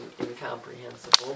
incomprehensible